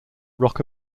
rock